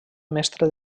mestre